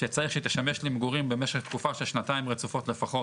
שצריך שתשמש למגורים במשך תקופה של שנתיים רצופות לפחות,